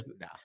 No